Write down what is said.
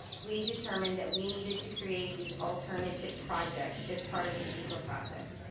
we determined that we needed to create these alternative projects as part of the ceqa process.